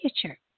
future